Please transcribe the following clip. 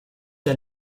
der